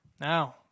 Now